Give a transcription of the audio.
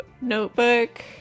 notebook